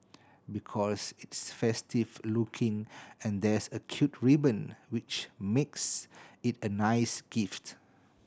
because it's festive looking and there's a cute ribbon which makes it a nice gift